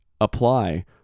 apply